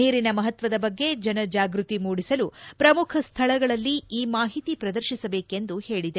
ನೀರಿನ ಮಹತ್ವದ ಬಗ್ಗೆ ಜನಜಾಗೃತಿ ಮೂಡಿಸಲು ಪ್ರಮುಖ ಸ್ವಳಗಳಲ್ಲಿ ಈ ಮಾಹಿತಿ ಪ್ರದರ್ಶಿಸಬೇಕೆಂದು ಹೇಳಿದೆ